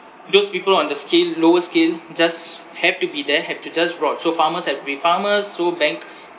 those people on the scale lower scale just have to be there have to just rot so farmers have to be farmers so bank